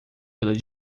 pelas